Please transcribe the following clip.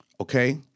Okay